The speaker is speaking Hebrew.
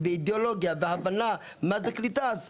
אידאולוגיה והבנה מה זה קליטה,